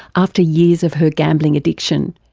after years of her gambling addiction,